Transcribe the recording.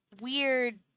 weird